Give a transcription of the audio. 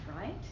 right